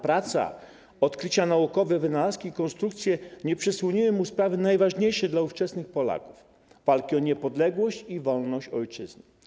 Praca, odkrycia naukowe, wynalazki, konstrukcje nie przysłoniły mu jednak najważniejszej sprawy dla ówczesnych Polaków - walki o niepodległość i wolność ojczyzny.